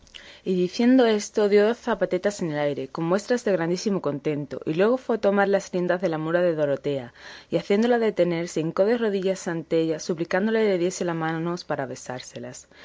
y diciendo esto dio dos zapatetas en el aire con muestras de grandísimo contento y luego fue a tomar las riendas de la mula de dorotea y haciéndola detener se hincó de rodillas ante ella suplicándole le diese las manos para besárselas